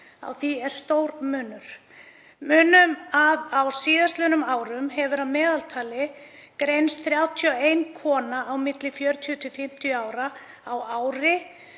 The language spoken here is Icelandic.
Á því er stór munur. Munum að á síðastliðnum árum hefur að meðaltali greinst 31 kona á aldrinum 40–50 ára á ári